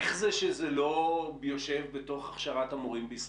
איך זה שזה לא יושב בתוך הכשרת המורים בישראל?